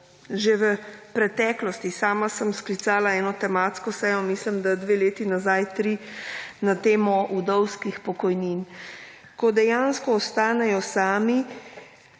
že v preteklosti. Sama sem sklicala eno tematsko sejo, mislim da dve leti nazaj, tri, na temo vdovskih pokojnin. Ko dejansko ostanejo sami